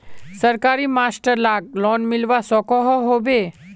सरकारी मास्टर लाक लोन मिलवा सकोहो होबे?